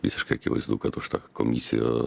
visiškai akivaizdu kad už tą komisijų